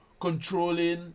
controlling